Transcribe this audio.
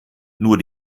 nur